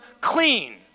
clean